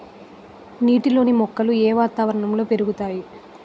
నీటిలోని మొక్కలు ఏ వాతావరణంలో పెరుగుతాయి?